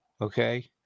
okay